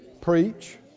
Preach